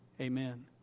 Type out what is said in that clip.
Amen